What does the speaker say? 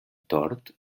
tort